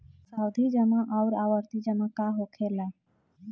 सावधि जमा आउर आवर्ती जमा का होखेला?